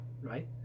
right